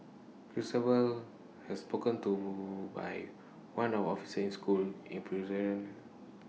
Christabel has spoken to by one of officer in school in presence